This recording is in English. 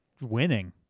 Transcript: winning